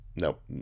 Nope